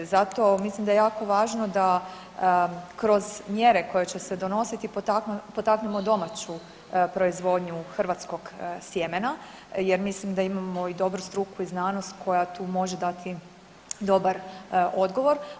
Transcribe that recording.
Zato mislim da je jako važno da kroz mjere koje će se donositi potaknemo domaću proizvodnju hrvatskog sjemena, jer mislim da imamo i dobru struku i znanost koja tu može dati dobar odgovor.